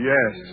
Yes